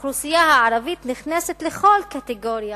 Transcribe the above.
האוכלוסייה הערבית נכנסת לכל קטגוריה